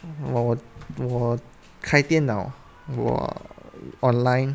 我我我开电脑我 online